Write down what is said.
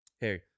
Hey